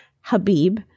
Habib